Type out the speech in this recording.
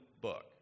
book